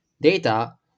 Data